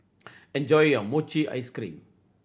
enjoy your mochi ice cream